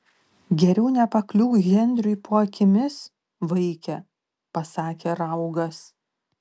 geriau nepakliūk henriui po akimis vaike pasakė raugas